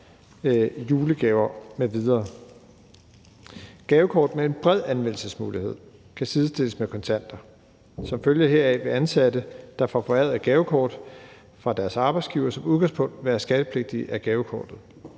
julegaver m.v. Gavekort med en bred anvendelsesmulighed kan sidestilles med kontanter. Som følge heraf vil ansatte, der får foræret gavekort af deres arbejdsgiver, som udgangspunkt være skattepligtige af gavekortet.